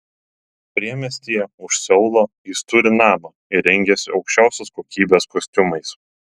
priemiestyje už seulo jis turi namą ir rengiasi aukščiausios kokybės kostiumais